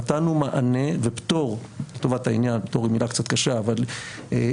נתנו מענה ופטור לטובת העניין פטור היא מילה קצת קשה אבל מנענו